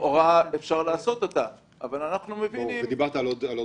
שלכאורה אפשר לעשות אותה אבל אנחנו מבינים -- אמרת שיש לך עוד דוגמה.